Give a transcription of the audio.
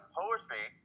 poetry